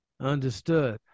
Understood